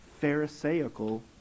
pharisaical